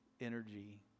energy